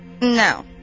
No